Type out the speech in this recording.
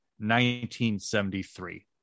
1973